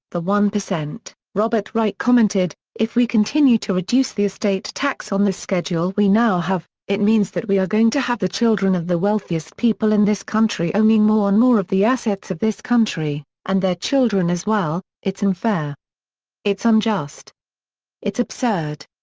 the one percent, robert reich commented, if we continue to reduce the estate tax on the schedule we now have, it means that we are going to have the children of the wealthiest people in this country owning more and more of the assets of this country, and their children as well. it's unfair it's unjust it's absurd.